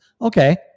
Okay